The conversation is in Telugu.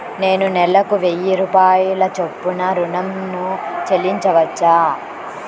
నేను నెలకు వెయ్యి రూపాయల చొప్పున ఋణం ను చెల్లించవచ్చా?